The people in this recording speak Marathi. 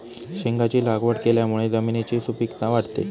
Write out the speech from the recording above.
शेंगांची लागवड केल्यामुळे जमिनीची सुपीकता वाढते